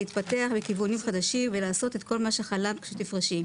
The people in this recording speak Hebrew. להתפתח מכיוונים חדשים ולעשות כל מה שחלמת כשתפרשי.